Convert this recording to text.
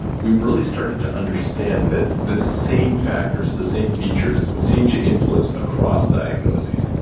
we've really started to understand that the same factors, the same features seem to influence across diagnoses.